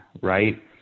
right